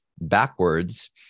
backwards